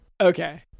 Okay